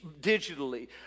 digitally